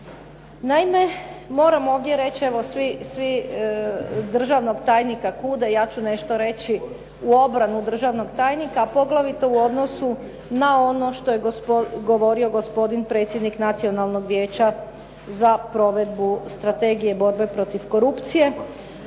Naime, moram ovdje reći, evo svi državnog tajnika kude, ja ću nešto reći u obranu državnog tajnika, a poglavito u odnosu na ono što je govorio gospodin predsjednik Nacionalnog vijeća za provedbu strategije borbe protiv korupcije.